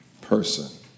person